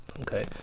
okay